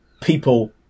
people